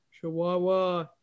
chihuahua